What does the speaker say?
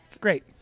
Great